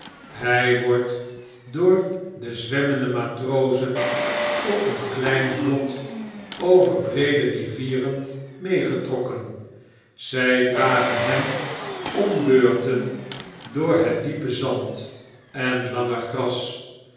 hy wordt door de zwemmende matrozen op een klein vlot over breede rivieren meegetrokken zy dragen hem om beurten door het diepe zand en lange gras